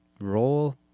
roll